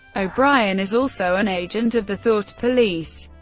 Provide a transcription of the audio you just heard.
o'brien is also an agent of the thought police.